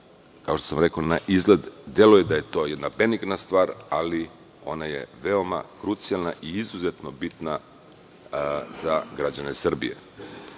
Kao što sam rekao, naizgled deluje da je to jedna beningna stvar, ali je ona veoma krucijalna i izuzetno bitna za građane Srbije. Drago